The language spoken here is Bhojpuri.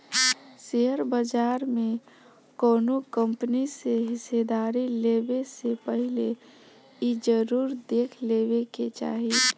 शेयर बाजार में कौनो कंपनी में हिस्सेदारी लेबे से पहिले इ जरुर देख लेबे के चाही